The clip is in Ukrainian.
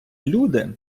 люди